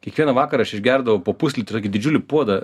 kiekvieną vakarą aš išgerdavau po puslitrį tokį didžiulį puodą